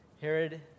Herod